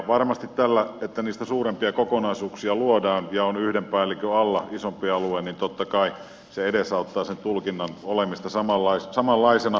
varmasti se että niistä luodaan suurempia kokonaisuuksia ja yhden päällikön alla on isompi alue edesauttaa tulkinnan olemista samanlaisena